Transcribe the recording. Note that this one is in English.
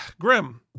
grim